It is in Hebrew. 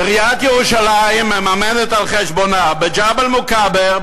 עיריית ירושלים מממנת על חשבונה בג'בל-מוכבר,